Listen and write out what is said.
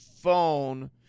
phone